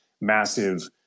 massive